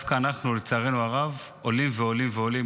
אנחנו, לצערנו הרב, דווקא עולים ועולים ועולים.